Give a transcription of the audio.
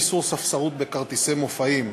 איסור ספסרות בכרטיסי מופעים),